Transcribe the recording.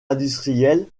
industrielle